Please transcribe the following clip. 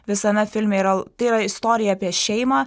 visame filme yra tai yra istorija apie šeimą